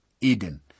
Eden